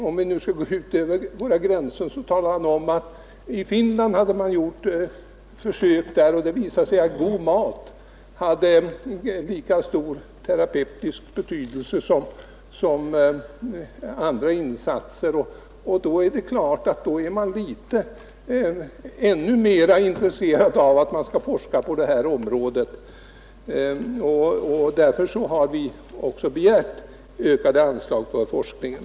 Om vi nu skall gå ut över landets gränser, så talade han om att i Finland har det visat sig att god mat har lika stor terapeutisk betydelse som andra insatser. Sådana uttalanden gör att man blir ännu mer intresserad av att det forskas på detta område. Därför har vi reservanter också begärt ökade anslag till forskningen.